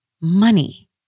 money